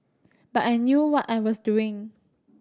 but I knew what I was doing